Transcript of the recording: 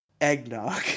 Eggnog